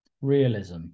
Realism